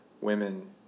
women